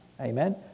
Amen